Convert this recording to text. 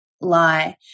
lie